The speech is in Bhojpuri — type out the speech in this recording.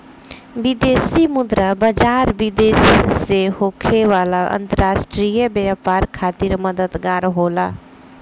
विदेशी मुद्रा बाजार, विदेश से होखे वाला अंतरराष्ट्रीय व्यापार खातिर मददगार होला